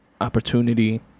opportunity